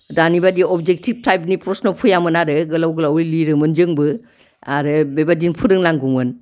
दानि बादि अबजेक्टिभ टाइपनि प्रस्न' फैयामोन आरो गोलाव गोलावै लिरोमोन जोंबो आरो बेबायदिनो फोरोंनांगौमोन